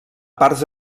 parts